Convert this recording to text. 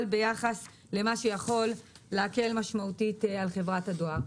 ביחס למה שיכול להקל משמעותית על חברת הדואר.